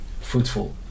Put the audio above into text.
fruitful